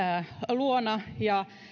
luona ja